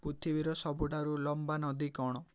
ପୃଥିବୀର ସବୁଠାରୁ ଲମ୍ବା ନଦୀ କଣ